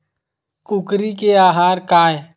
कुकरी के आहार काय?